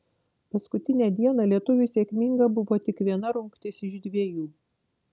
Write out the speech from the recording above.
paskutinę dieną lietuviui sėkminga buvo tik viena rungtis iš dvejų